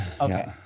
Okay